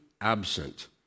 absent